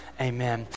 amen